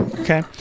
Okay